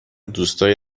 دوستایی